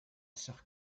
sœur